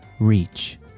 reach